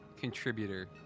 contributor